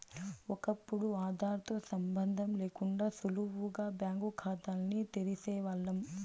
ఒకప్పుడు ఆదార్ తో సంబందం లేకుండా సులువుగా బ్యాంకు కాతాల్ని తెరిసేవాల్లం